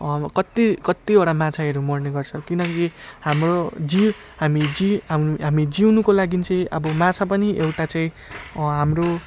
कत्ति कत्तिवटा माछाहरू मर्ने गर्छन् किनकि हाम्रो जी हामी जी हामी जिउनुको लागि चाहिँ अब माछा पनि एउटा चाहिँ हाम्रो